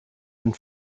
and